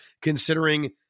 considering